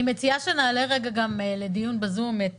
אני מציעה שנעלה לרגע גם לדיון בזום את